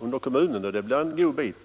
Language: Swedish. under kommunen och det blir en god bit.